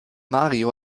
mario